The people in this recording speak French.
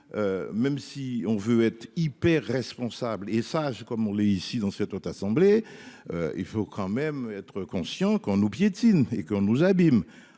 Même si on veut être hyper responsable et sage comme on est ici dans cette assemblée. Il faut quand même être conscient qu'nous piétinent et qu'on nous abîme